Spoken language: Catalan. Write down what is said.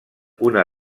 una